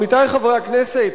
עמיתי חברי הכנסת,